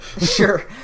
Sure